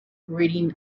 reading